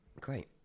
Great